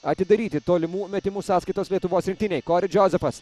atidaryti tolimų metimų sąskaitos lietuvos rinktinei kori džozefas